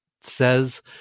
says